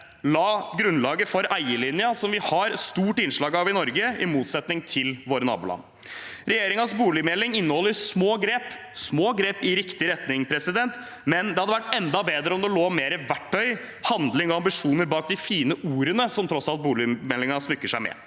la grunnlaget for eierlinjen som vi har stort innslag av i Norge i motsetning til i våre naboland. Regjeringens boligmelding inneholder små grep, som peker i riktig retning, men det hadde vært enda bedre om det lå flere verktøy, mer handling og flere ambisjoner bak de fine ordene boligmeldingen tross alt smykker seg med.